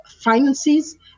finances